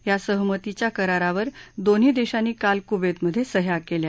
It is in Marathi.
या सहमतीच्या करारावर दोन्ही देशांनी काल कुवेतमधे सह्या केल्या